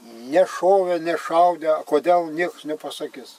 nešovė nešaudė a kodėl nieks nepasakis